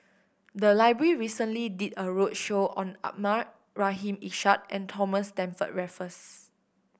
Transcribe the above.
the library recently did a roadshow on Abdul Rahim Ishak and Thomas Stamford Raffles